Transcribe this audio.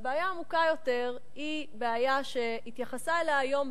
הבעיה העמוקה יותר היא בעיה שהתייחסה אליה היום,